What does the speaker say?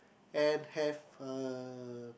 and have a